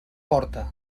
porta